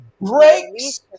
breaks